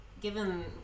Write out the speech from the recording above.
given